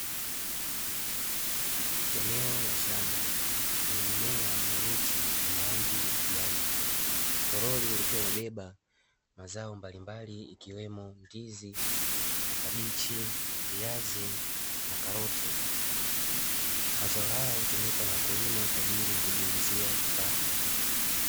Eneo la shamba lenye mimea na miti yenye rangi ya kijani, toroli likiwa limebeba mazao mbalimbali ikiwemo ndizi, makabichi, viazi na karoti, mazao haya hutumika na wakulima kwa ajili ya kujiingizia kipato.